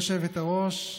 גברתי היושבת-ראש,